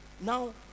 Now